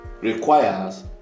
requires